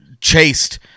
chased